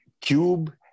Cube